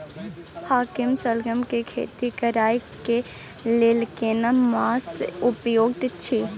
हाकीम सलगम के खेती करय के लेल केना मास उपयुक्त छियै?